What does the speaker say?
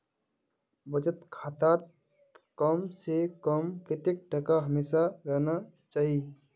बचत खातात कम से कम कतेक टका हमेशा रहना चही?